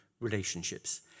relationships